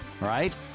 right